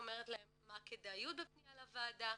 אומרת להם מה הכדאיות בפניה לוועדה,